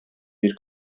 bir